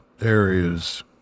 areas